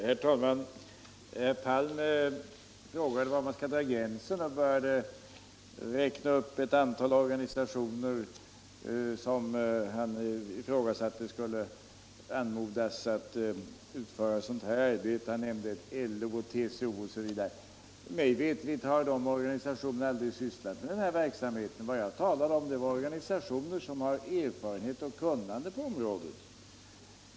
Herr talman! Herr Palm frågade var man skall dra gränsen. Han började räkna upp ett antal organisationer och ifrågasatte att de skulle anmodas att utföra sådant här arbete — LO, TCO osv. Mig veterligt har de organisationerna aldrig sysslat med den här verksamheten. Vad jag talade om var organisationer som har erfarenhet och kunnande på området.